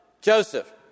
Joseph